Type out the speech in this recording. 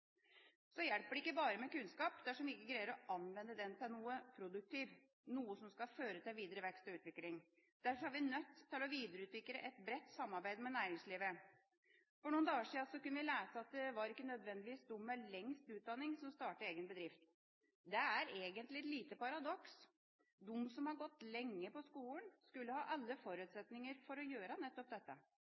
hjelper ikke bare med kunnskap dersom vi ikke greier å anvende den til noe produktivt, noe som skal føre til videre vekst og utvikling. Derfor er vi nødt til å videreutvikle et bredt samarbeid med næringslivet. For noen dager siden kunne vi lese at det var ikke nødvendigvis de med lengst utdanning som startet egen bedrift. Det er egentlig et lite paradoks. De som har gått lenge på skolen, skulle ha alle forutsetninger for å gjøre nettopp dette.